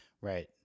right